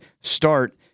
start